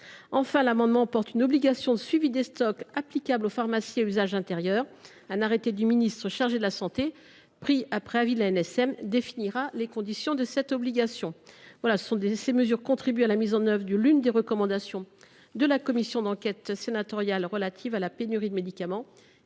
à usage intérieur à une obligation de suivi des stocks qui leur sont applicables. Un arrêté du ministre chargé de la santé, pris après avis de l’ANSM, définira les conditions de cette obligation. Ces mesures contribuent à la mise en œuvre de l’une des recommandations de la commission d’enquête sénatoriale sur la pénurie de médicaments,